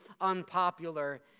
unpopular